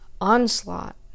onslaught